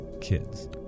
kids